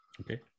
okay